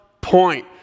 point